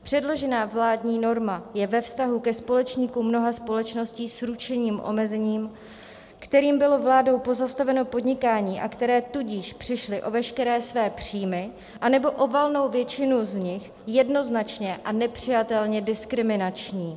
Předložená vládní norma je ve vztahu ke společníkům mnoha společností s ručením omezeným, kterým bylo vládou pozastaveno podnikání, a které tudíž přišly o veškeré své příjmy anebo o valnou většinu z nich, jednoznačně a nepřijatelně diskriminační.